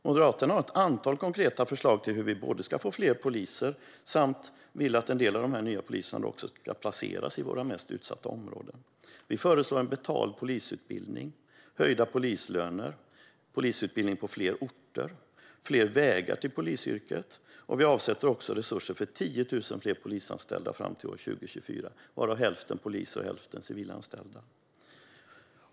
Moderaterna har ett antal konkreta förslag på hur vi ska få fler poliser, och vi vill också att en del av de nya poliserna ska placeras i våra mest utsatta områden. Vi föreslår en betald polisutbildning, höjda polislöner, polisutbildning på fler orter och fler vägar till polisyrket. Vi avsätter också resurser för 10 000 fler polisanställda fram till år 2024, varav hälften poliser och hälften civilanställda.